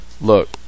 Look